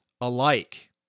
alike